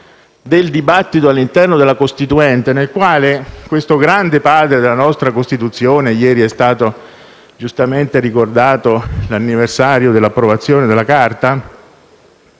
del dibattito all'interno della Costituente nel quale questo grande Padre della nostra Costituzione - ieri è stato giustamente ricordato l'anniversario dell'approvazione della Carta